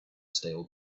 stale